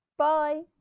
Bye